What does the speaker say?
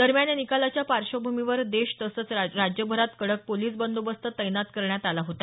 दरम्यान या निकालाच्या पार्श्वभूमीवर देश तसंच राज्यभरात कडक पोलिस बंदोबस्त तैनात करण्यात आला होता